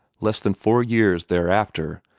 less than four years thereafter,